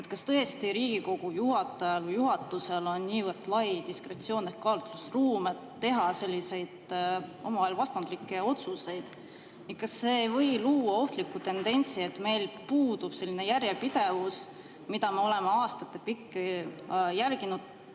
Kas tõesti Riigikogu juhatajal või juhatusel on niivõrd lai diskretsioon ehk kaalutlusruum teha selliseid omavahel vastandlikke otsuseid? Kas see ei või luua ohtlikku tendentsi, et meil puudub selline järjepidevus, mida me oleme aastate pikku järginud,